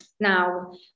Now